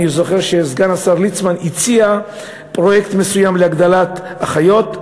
אני זוכר שסגן השר ליצמן הציע פרויקט מסוים להגדלת מספר האחיות,